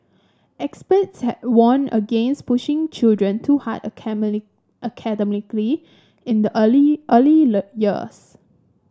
experts had warned against pushing children too hard academically in the early early years